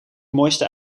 mooiste